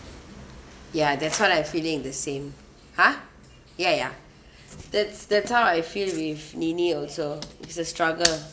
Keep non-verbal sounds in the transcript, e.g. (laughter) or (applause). ya that's what I feeling the same !huh! ya ya (breath) that's that's how I feel with nini also it's a struggle lah